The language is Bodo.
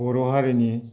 बर' हारिनि